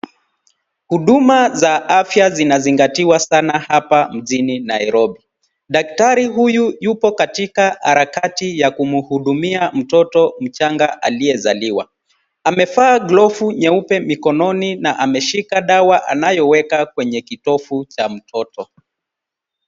Huduma za afya zinazingatiwa sana hapa mjini Nairobi. Daktari huyu yupo katika harakati ya kumhudumia mtoto mchanga aliyezaliwa. Amevaa glovu nyeupe mikononi na ameshika dawa anayoweka kwenye kitovu cha mtoto.